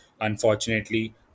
Unfortunately